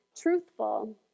truthful